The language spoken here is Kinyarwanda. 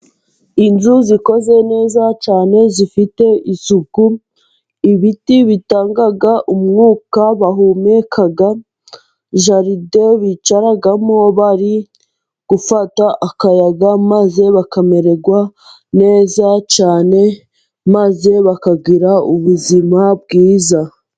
Inzu zikoze neza cyane, zifite isuku, ibiti bitanga umwuka bahumeka, jaride bicaramo bari gufata akayaga, maze bakamererwa neza cyane, maze bakagira ubuzima bwiza.